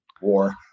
war